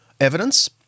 evidence